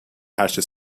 هرچه